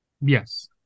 Yes